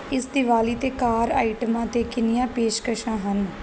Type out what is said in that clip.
ਇਸ ਦੀਵਾਲੀ 'ਤੇ ਕਾਰ ਆਈਟਮਾਂ 'ਤੇ ਕਿੰਨੀਆਂ ਪੇਸ਼ਕਸ਼ਾਂ ਹਨ